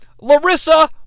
Larissa